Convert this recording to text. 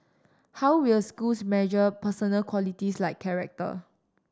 how will schools measure personal qualities like character